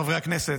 חברי הכנסת,